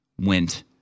went